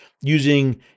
using